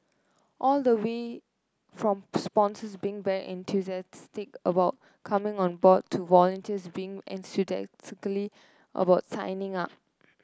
all the way from sponsors being very enthusiastic about coming on board to volunteers being enthusiastically about signing up